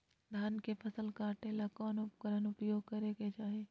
धान के फसल काटे ला कौन उपकरण उपयोग करे के चाही?